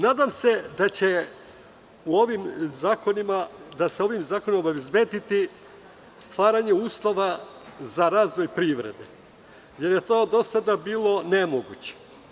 Nadam se da će se ovim zakonima obezbediti stvaranje uslova za razvoj privrede, jer je to do sada bilo nemoguće.